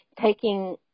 taking